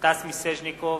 סטס מיסז'ניקוב,